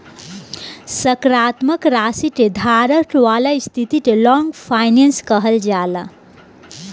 सकारात्मक राशि के धारक वाला स्थिति के लॉन्ग फाइनेंस कहल जाला